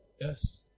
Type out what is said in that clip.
Yes